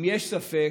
אם יש ספק,